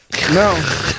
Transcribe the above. No